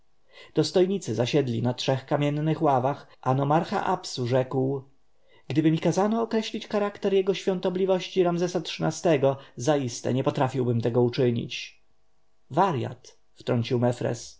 dostojnicy zasiedli na trzech kamiennych ławach a nomarcha absu rzekł gdyby mi kazano określić charakter jego świątobliwości ramzesa xiii-go zaiste nie potrafiłbym tego uczynić warjat wtrącił